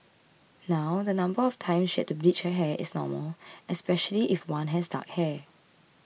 now the number of times she had to bleach her hair is normal especially if one has dark hair